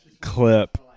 clip